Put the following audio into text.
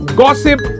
gossip